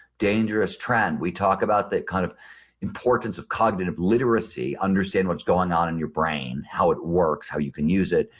dangerous trend. we talked about the kind of importance of cognitive literacy, understand what's going on in your brain, how it work, how you can use it,